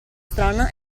strana